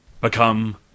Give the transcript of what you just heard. Become